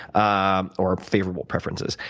ah or favorable preferences.